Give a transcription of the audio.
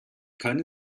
keine